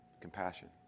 compassion